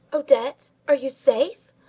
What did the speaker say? odette! are you safe?